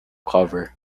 cover